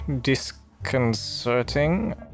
disconcerting